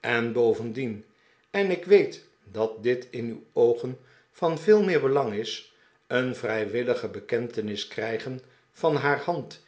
en bovendien en ik weet dat dit in uw oogen van veel meer belang is een vrijwillige bekentenis krijgen van haar hand